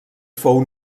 fou